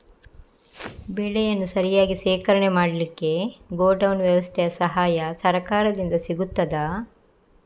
ಬೆಳೆಯನ್ನು ಸರಿಯಾಗಿ ಶೇಖರಣೆ ಮಾಡಲಿಕ್ಕೆ ಗೋಡೌನ್ ವ್ಯವಸ್ಥೆಯ ಸಹಾಯ ಸರಕಾರದಿಂದ ಸಿಗುತ್ತದಾ?